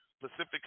Pacific